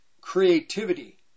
creativity